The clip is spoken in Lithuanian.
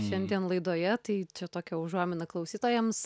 šiandien laidoje tai čia tokią užuominą klausytojams